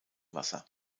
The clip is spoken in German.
wasser